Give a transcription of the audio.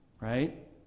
Right